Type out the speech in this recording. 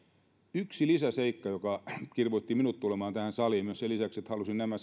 yksi lisäseikka joka kirvoitti minut tulemaan tähän saliin sen lisäksi että halusin nämä